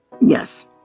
Yes